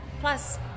plus